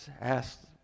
asked